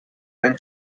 ein